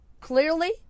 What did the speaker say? clearly